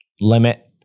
limit